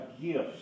gifts